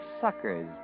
suckers